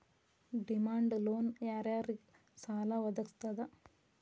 Demand loan ಯಾರ್ ಯಾರಿಗ್ ಸಾಲಾ ವದ್ಗಸ್ತದ?